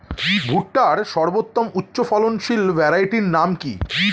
ভুট্টার সর্বোত্তম উচ্চফলনশীল ভ্যারাইটির নাম কি?